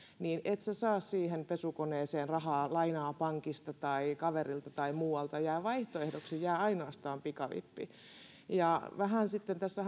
niin et sinä saa siihen pesukoneeseen rahaa lainaa pankista tai kaverilta tai muualta niin vaihtoehdoksi jää ainoastaan pikavippi vähän sitten tässä